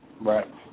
right